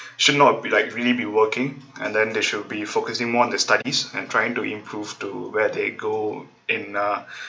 should not be like really be working and then they should be focusing more on their studies and trying to improve to where they go in uh